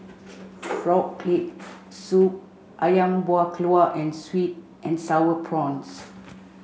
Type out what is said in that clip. frog leg soup Ayam Buah Keluak and sweet and sour prawns